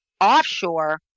offshore